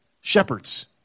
Shepherds